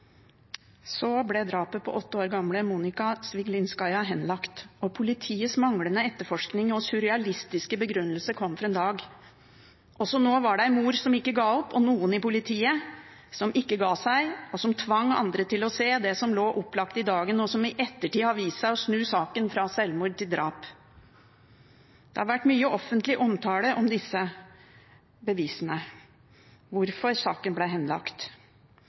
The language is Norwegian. Så ble drapet på åtte år gamle Monika Sviglinskaja henlagt, og politiets manglende etterforskning og surrealistiske begrunnelse kom for en dag. Også nå var det en mor som ikke ga opp, og noen i politiet som ikke ga seg, som tvang andre til å se det som lå opplagt i dagen, og som i ettertid har vist seg å snu saken fra sjølmord til drap. Det har vært mye offentlig omtale av disse bevisene, om hvorfor saken ble henlagt.